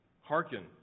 Hearken